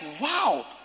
wow